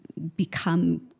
Become